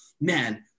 man